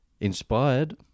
inspired